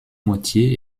moitié